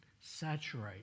saturate